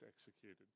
executed